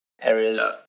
areas